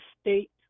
state